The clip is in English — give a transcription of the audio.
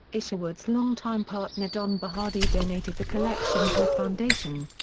isherwood's long-time partner don bachardy donated the collection to a foundation.